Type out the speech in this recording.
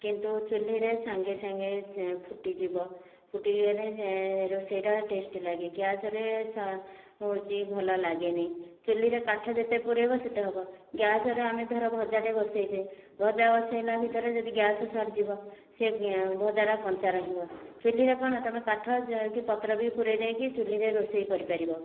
କିନ୍ତୁ ଚୂଲିରେ ସାଙ୍ଗେ ସାଙ୍ଗେ ଫୁଟିଯିବ ଫୁଟିଗଲେ ରୋଷେଇଟା ଟେଷ୍ଟ ଲାଗେ ଗ୍ୟାସରେ ହେଉଛି ଭଲ ଲାଗେନି ଚୂଲିରେ କାଠ ଯେତେ ପୂରାଇବ ସେତେ ହେବ ଗ୍ୟାସରେ ଆମେ ଧର ଭଜାଟେ ବସାଇଲେ ଭଜା ବସାଇଲା ଭିତେରେ ଯଦି ଗ୍ୟାସ ସରିଯିବ ସେ ଭଜାଟା କଞ୍ଚା ରହିବ ଚୂଲିରେ କଣ ତୁମେ କାଠ କି ପତ୍ର ବି ପୁରାଇ ଦେଇ କି ଚୂଲିରେ ରୋଷେଇ କରିପାରିବ